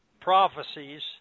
prophecies